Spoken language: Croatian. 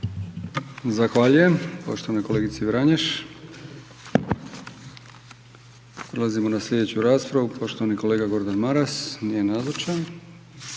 Zahvaljujem poštovanoj kolegici Vranješ. Prelazimo na sljedeću raspravu, poštovani kolega Gordan Maras. Nije nazočan.